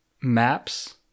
maps